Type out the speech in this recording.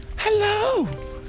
Hello